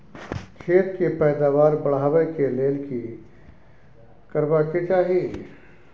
खेत के पैदावार बढाबै के लेल की करबा के चाही?